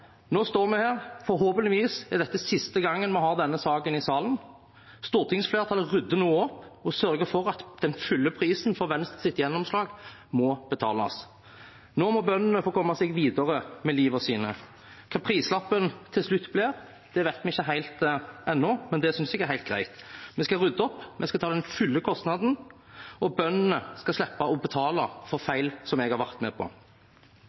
Nå står vi her. Forhåpentligvis er dette siste gangen vi har denne saken i salen. Stortingsflertallet rydder nå opp og sørger for at den fulle prisen for Venstres gjennomslag må betales. Nå må bøndene få komme seg videre med livet sitt. Hva prislappen til slutt blir, vet vi ikke helt ennå, men det syns jeg er helt greit. Vi skal rydde opp, vi skal ta den fulle kostnaden, og bøndene skal slippe å betale for feil jeg har vært med på.